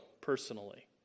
personally